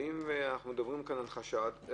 אם אנחנו מדברים על חשד כאן,